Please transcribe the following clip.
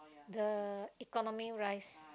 the economic rice